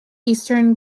eastern